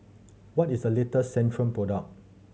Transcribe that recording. what is the latest Centrum product